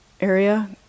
area